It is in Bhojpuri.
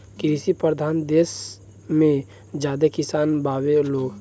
कृषि परधान देस मे ज्यादे किसान बावे लोग